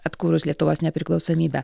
atkūrus lietuvos nepriklausomybę